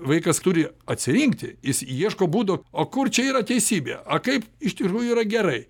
vaikas turi atsirinkti jis ieško būdo o kur čia yra teisybė a kaip iš tikrųjų yra gerai